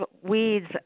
weeds